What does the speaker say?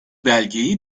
belgeyi